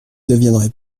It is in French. deviendrez